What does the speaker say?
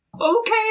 Okay